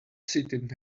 seated